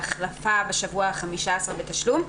ההחלפה בשבוע ה-15 בתשלום.